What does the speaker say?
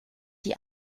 die